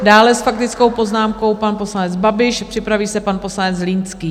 Dále s faktickou poznámkou pan poslanec Babiš, připraví se pan poslanec Zlínský.